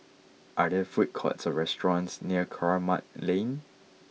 are there food courts or restaurants near Kramat Lane